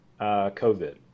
COVID